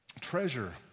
treasure